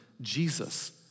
Jesus